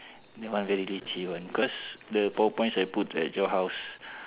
that one very leceh one cause the power points I put at your house